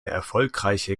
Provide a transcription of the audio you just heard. erfolgreiche